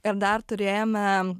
ir dar turėjome